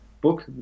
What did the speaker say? book